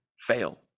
fail